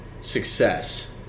success